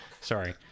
sorry